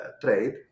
trade